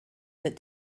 that